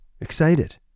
excited